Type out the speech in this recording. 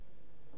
היהודי הזה,